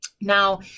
Now